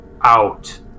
out